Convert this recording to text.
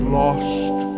lost